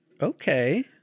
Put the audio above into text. okay